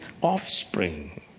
offspring